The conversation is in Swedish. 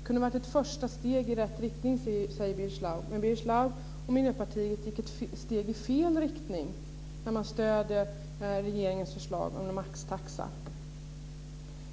Det kunde ha varit ett första steg i rätt riktning, säger Birger Schlaug. Men Birger Schlaug och Miljöpartiet tar ett steg i fel riktning när man stöder regeringens förslag om en maxtaxa.